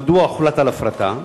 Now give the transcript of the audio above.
מדוע הוחלט על הפרטה?